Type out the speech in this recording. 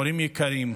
הורים יקרים,